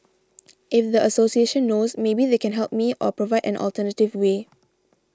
if the association knows maybe they can help me or provide an alternative way